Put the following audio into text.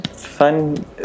Fun